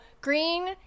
green